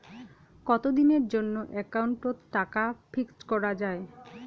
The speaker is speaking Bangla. কতদিনের জন্যে একাউন্ট ওত টাকা ফিক্সড করা যায়?